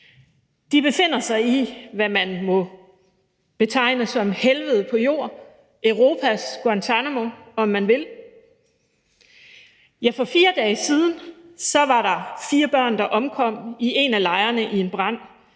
De befinder sig i, hvad man må betegne som helvede på jord, Europas Guantánamo, om man vil. For fire dage siden var der fire børn, der omkom i en af lejrene i en brand,